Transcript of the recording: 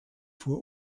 vor